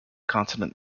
consonant